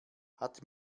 hat